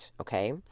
Okay